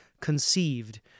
conceived